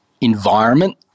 environment